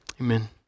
Amen